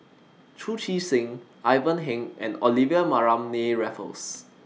Chu Chee Seng Ivan Heng and Olivia Mariamne Raffles